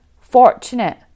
fortunate